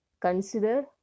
consider